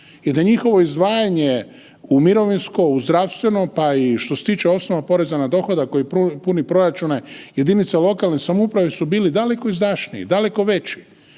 i da njihovo izdvajanje u mirovinsko u zdravstveno pa što se tiče i osnova poreza na dohodak koji proračune jedinica lokalne samouprave su bili daleko izdašniji, daleko veći.